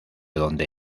donde